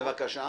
בבקשה.